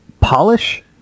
polish